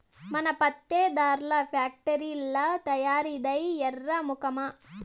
మన పత్తే దారాల్ల ఫాక్టరీల్ల తయారైద్దే ఎర్రి మొకమా